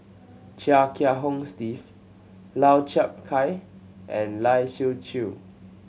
Chia Kiah Hong Steve Lau Chiap Khai and Lai Siu Chiu